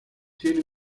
tiene